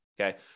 okay